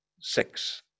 Six